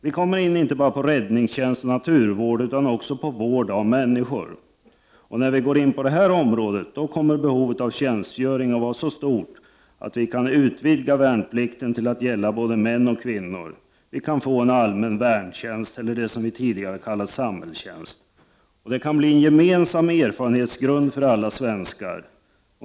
Här kommer vi in inte bara på räddningstjänst och naturvård utan också på vård av människor. När man börjar ta itu med detta område kommer behovet av tjänstgöring att vara så stort att värnplikten kan utvidgas till att gälla både män och kvinnor. Vi kan få en allmän värntjänst, eller det som tidigare kallades samhällstjänst. Det kan bli en gemensam erfarenhetsgrund för alla svenskar.